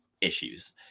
issues